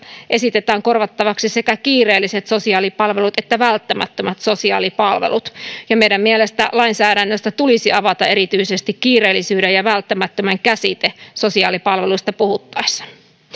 esitetään korvattavaksi sekä kiireelliset sosiaalipalvelut että välttämättömät sosiaalipalvelut ja meidän mielestämme lainsäädännössä tulisi avata erityisesti kiireellisyyden ja välttämättömän käsite sosiaalipalveluista puhuttaessa